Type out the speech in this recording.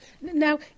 now